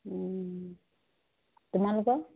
তোমালোকৰ